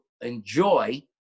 enjoy